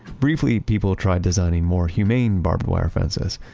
briefly, people tried designing more humane barbed wire fences.